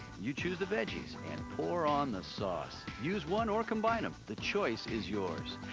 you choose the veggies, and pour on the sauce. use one or combine em. the choice is yours.